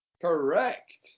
correct